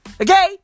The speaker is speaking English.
Okay